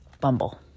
bumble